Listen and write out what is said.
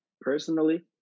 Personally